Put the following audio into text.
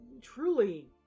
truly